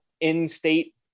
in-state